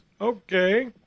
Okay